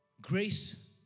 Grace